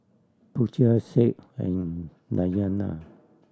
Putra Said and Dayana